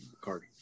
card